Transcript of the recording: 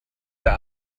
der